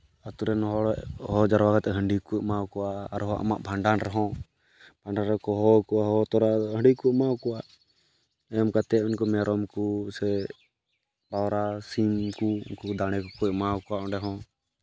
ᱟᱛᱳ ᱨᱮᱱ ᱦᱚᱲ ᱦᱚᱦᱚ ᱡᱟᱣᱨᱟ ᱠᱟᱛᱮ ᱦᱟᱺᱰᱤ ᱠᱚ ᱮᱢᱟᱣ ᱠᱚᱣᱟ ᱟᱨᱦᱚᱸ ᱟᱢᱟᱜ ᱵᱷᱟᱸᱰᱟᱱ ᱨᱮᱦᱚᱸ ᱵᱷᱟᱸᱰᱟᱱ ᱨᱮᱦᱚᱸ ᱠᱚ ᱦᱚᱦᱚᱣ ᱠᱚᱣᱟ ᱦᱚᱦᱚ ᱛᱚᱨᱟ ᱦᱟᱺᱰᱤ ᱠᱚ ᱮᱢᱟᱣ ᱠᱚᱣᱟ ᱮᱢ ᱠᱟᱛᱮ ᱩᱱᱠᱩ ᱢᱮᱨᱚᱢ ᱠᱚ ᱥᱮ ᱯᱟᱣᱨᱟ ᱥᱤᱢ ᱠᱚ ᱫᱟᱲᱮ ᱠᱚᱠᱚ ᱮᱢᱟᱣ ᱠᱚᱣᱟ ᱚᱸᱰᱮ ᱦᱚᱸ